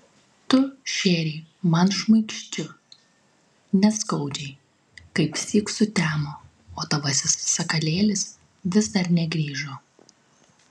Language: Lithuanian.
tu šėrei man šmaikščiu neskaudžiai kaipsyk sutemo o tavasis sakalėlis vis dar negrįžo